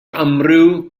amryw